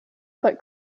but